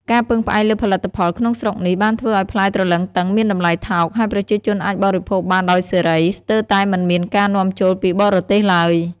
ការពឹងផ្អែកលើផលិតផលក្នុងស្រុកនេះបានធ្វើឲ្យផ្លែទ្រលឹងទឹងមានតម្លៃថោក ហើយប្រជាជនអាចបរិភោគបានដោយសេរី ស្ទើរតែមិនមានការនាំចូលពីបរទេសឡើយ។